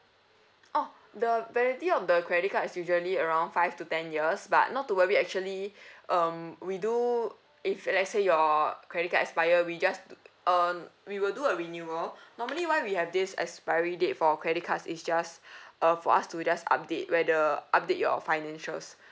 oh the validity of the credit card is usually around five to ten years but not to worry actually um we do if let's say your credit card expire we just um we will do a renewal normally why we have this expiry date for credit cards is just uh for us to just update whether update your financials